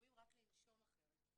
לפעמים רק לנשום אחרת,